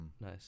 nice